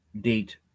date